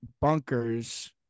bunkers –